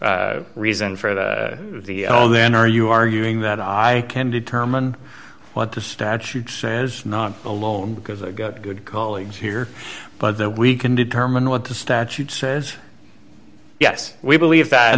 no reason for the l then are you arguing that i can determine what the statute says not alone because a good colleague here but that we can determine what the statute says yes we believe